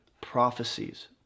prophecies